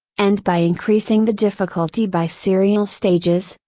and by increasing the difficulty by serial stages,